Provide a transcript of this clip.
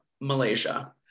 Malaysia